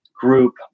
group